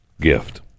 gift